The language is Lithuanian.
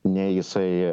nei jisai